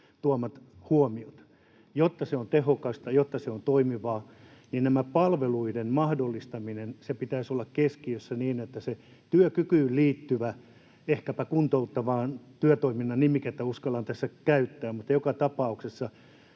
tuomat huomiot? Jotta se on tehokasta, jotta se on toimivaa, niin tämän palveluiden mahdollistamisen pitäisi olla keskiössä niin, että se työkykyyn liittyvä, ehkäpä kuntouttavan työtoiminnan nimikettä uskallan tässä käyttää — mutta joka tapauksessa